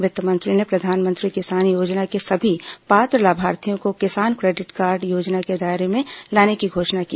वित्त मंत्री ने प्रधानमंत्री किसान योजना के सभी पात्र लाभार्थियों को किसान क्रेडिट कार्ड योजना के दायरे में लाने की घोषणा की